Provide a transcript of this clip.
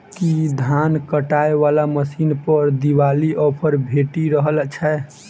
की धान काटय वला मशीन पर दिवाली ऑफर भेटि रहल छै?